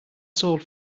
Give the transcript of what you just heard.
sold